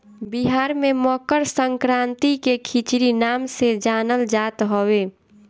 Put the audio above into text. बिहार में मकरसंक्रांति के खिचड़ी नाम से जानल जात हवे